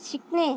शिकणे